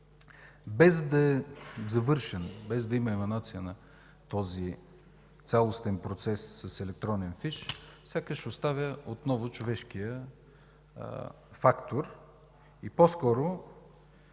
без да е завършен, без да има еманация на този цялостен процес с електронен фиш, сякаш оставя отново човешкия фактор. По-скоро